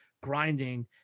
grinding